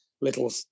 little